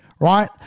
right